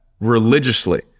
religiously